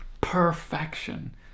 Perfection